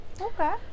Okay